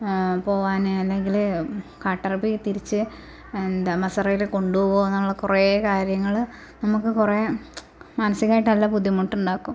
പോവാന് അല്ലെങ്കിൽ കാട്ടറബി തിരിച്ച് എന്താ മസ്സറയിൽ കൊണ്ടോകുവോന്നുള്ള കുറെ കാര്യങ്ങൾ നമുക്ക് കുറെ മാനസികായിട്ടുള്ള ബുദ്ധിമുട്ടുണ്ടാക്കും